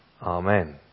Amen